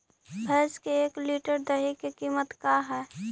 भैंस के एक लीटर दही के कीमत का है?